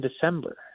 December